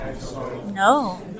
No